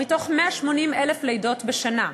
מתוך 180,000 לידות בשנה.